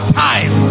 time